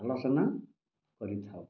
ଆଲୋଚନା କରିଥାଉ